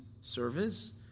service